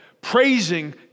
praising